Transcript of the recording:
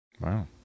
Wow